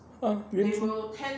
ah